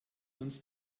uns